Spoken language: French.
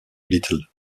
little